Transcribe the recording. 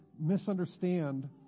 misunderstand